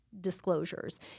disclosures